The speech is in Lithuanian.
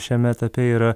šiame etape yra